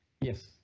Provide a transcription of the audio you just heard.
Yes